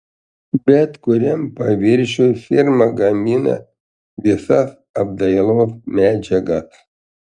bet kuriam paviršiui firma gamina visas apdailos medžiagas